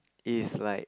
is like